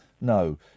no